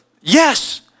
yes